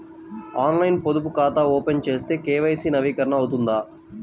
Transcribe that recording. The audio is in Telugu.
ఆన్లైన్లో పొదుపు ఖాతా ఓపెన్ చేస్తే కే.వై.సి నవీకరణ అవుతుందా?